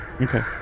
Okay